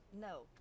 No